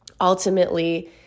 ultimately